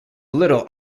little